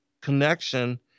connection